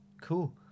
Cool